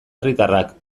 herritarrak